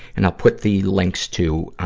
and i'll put the links to, ah,